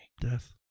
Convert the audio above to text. death